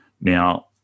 Now